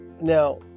Now